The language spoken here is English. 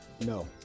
No